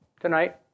tonight